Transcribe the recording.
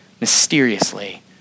mysteriously